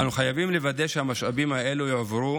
אנו חייבים לוודא שהמשאבים האלו יעברו